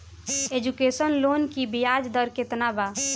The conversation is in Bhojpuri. एजुकेशन लोन की ब्याज दर केतना बा?